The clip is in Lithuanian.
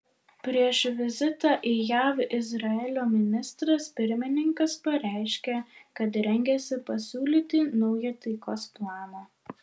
prieš vizitą į jav izraelio ministras pirmininkas pareiškė kad rengiasi pasiūlyti naują taikos planą